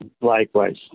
Likewise